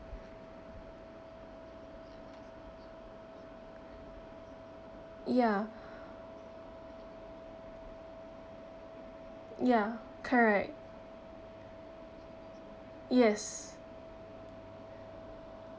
ya ya correct yes